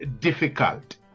difficult